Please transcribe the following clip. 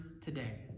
today